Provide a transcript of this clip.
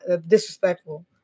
Disrespectful